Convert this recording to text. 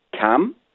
come